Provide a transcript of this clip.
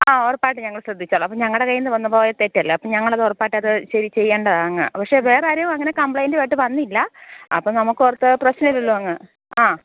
ആ ഉറപ്പായിട്ട് ഞങ്ങള് ശ്രദ്ധിച്ചോളാം അപ്പോൾ ഞങ്ങളുടെ കയ്യിൽ നിന്ന് വന്ന് പോയ തെറ്റല്ലേ അപ്പം ഞങ്ങൾ അത് ഉറപ്പായിട്ട് അത് ശരി ചെയ്യേണ്ടതാണ് അങ്ങ് പക്ഷെ വേറാരും അങ്ങനെ കംപ്ലയിൻറ്റുവായിട്ട് വന്നില്ല അപ്പം നമുക്ക് ഓർത്ത് പ്രശ്നിമില്ലല്ലോ അങ്ങ് ആ